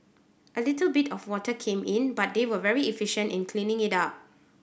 a little bit of water came in but they were very efficient in cleaning it up